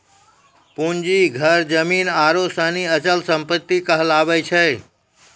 पूंजी घर जमीन आरु सनी अचल सम्पत्ति कहलावै छै